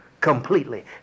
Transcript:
completely